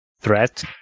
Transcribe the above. threat